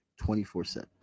24-7